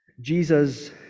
Jesus